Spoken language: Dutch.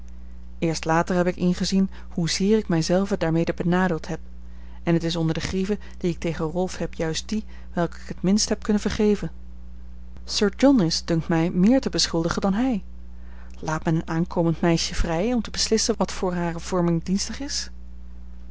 eerst later heb ik ingezien hoezeer ik mij zelve daarmede benadeeld heb en het is onder de grieven die ik tegen rolf heb juist die welke ik het minst heb kunnen vergeven sir john is dunkt mij meer te beschuldigen dan hij laat men een aankomend meisje vrij om te beslissen wat voor hare vorming dienstig is